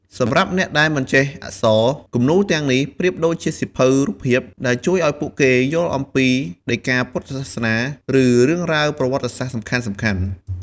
សម្រាប់អ្នកដែលមិនចេះអក្សរ គំនូរទាំងនេះប្រៀបដូចជាសៀវភៅរូបភាពដែលជួយឱ្យពួកគេយល់អំពីដីកាពុទ្ធសាសនា ឬរឿងរ៉ាវប្រវត្តិសាស្ត្រសំខាន់ៗ។